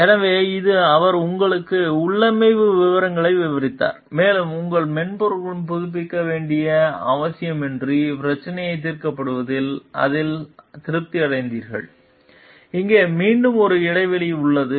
எனவே இது அவர் உங்களுக்கு உள்ளமைவை விவரங்களில் விவரித்தார் மேலும் உங்கள் மென்பொருளைப் புதுப்பிக்க வேண்டிய அவசியமின்றி பிரச்சினை தீர்க்கப்பட்டதில் நீங்கள் திருப்தி அடைந்தீர்கள் இங்கே மீண்டும் ஒரு இடைவெளி உள்ளது